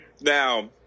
Now